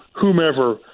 whomever